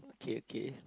okay okay